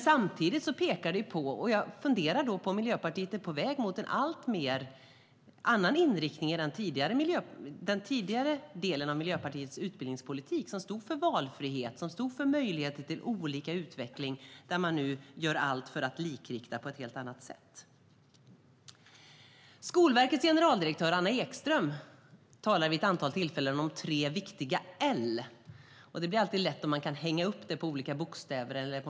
Jag funderar på om Miljöpartiet är på väg alltmer mot en annan inriktning av utbildningspolitiken än man tidigare hade, som stod för valfrihet och för möjligheter till olika utveckling, och nu gör allt för att likrikta på ett helt annat sätt. Skolverkets generaldirektör Anna Ekström har vid ett antal tillfällen talat om tre viktiga L. Det är alltid lätt om man kan hänga upp saker på olika bokstäver.